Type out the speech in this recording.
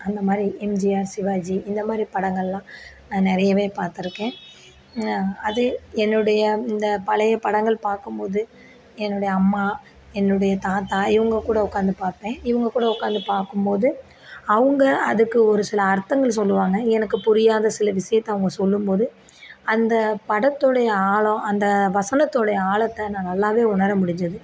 அந்தமாதிரி எம்ஜிஆர் சிவாஜி இந்தமாதிரி படங்கள்லாம் நான் நிறையவே பாத்திருக்கேன் அது என்னுடைய இந்த பழைய படங்கள் பார்க்கும்போது என்னுடைய அம்மா என்னுடைய தாத்தா இவங்கக்கூட உட்காந்து பாப்பேன் இவங்கக்கூட உட்காந்து பார்க்கும்போது அவங்க அதுக்கு ஒருசில அர்த்தங்கள் சொல்வாங்க எனக்கு புரியாத சில விஷயத்த அவங்க சொல்லும்போது அந்த படத்துடைய ஆழம் அந்த வசனத்துடைய ஆழத்தை நான் நல்லாவே உணர முடிஞ்சது